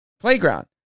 playground